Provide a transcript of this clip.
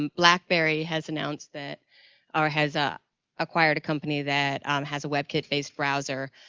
um blackberry has announced that or has ah acquired a company that has a webkit-based browser.